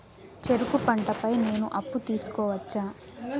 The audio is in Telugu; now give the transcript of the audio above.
చెరుకు పంట పై నేను అప్పు తీసుకోవచ్చా?